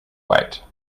wait